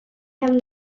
have